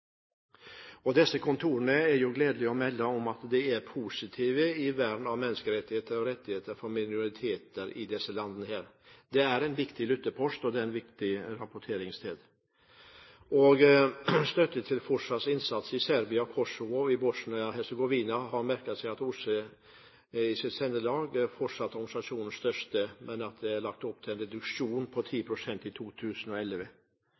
er gledelig å melde om at de kontorene bidrar positivt til vern av menneskerettigheter og rettigheter for minoriteter i disse landene. Det er en viktig lyttepost, og det er et viktig rapporteringssted. Når det gjelder støtte til fortsatt innsats i Serbia, Kosovo og i Bosnia-Hercegovina, har komiteen merket seg at OSSEs sendelag fortsatt er organisasjonens største, men at det er lagt opp til en reduksjon på